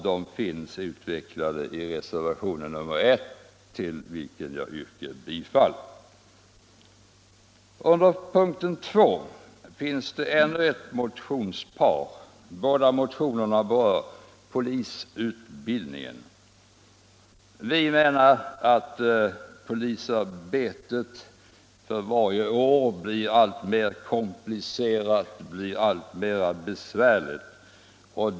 Vi har utvecklat det i reservationen 1, vilken jag yrkar bifall till. Under punkten 2 finns ännu ett motionspar. Båda motionerna berör polisutbildningen. Vi menar att polisarbetet för varje år blir alltmer komplicerat och besvärligt.